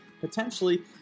Potentially